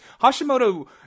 Hashimoto